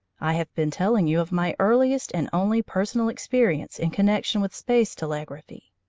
i have been telling you of my earliest and only personal experience in connection with space telegraphy.